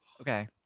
Okay